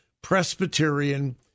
Presbyterian